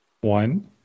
One